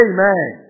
Amen